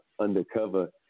undercover